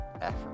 effort